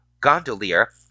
gondolier